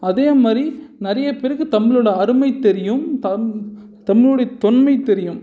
அதே மாதிரி நிறையா பேருக்கு தமிழோடய அருமை தெரியும் தம் தமிழுடைய தொன்மை தெரியும்